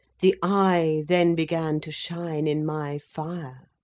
the eye then began to shine in my fire.